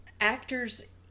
actors